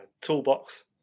toolbox